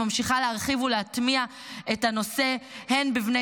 ממשיכה להרחיב ולהטמיע את הנושא לבני